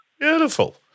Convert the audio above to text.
beautiful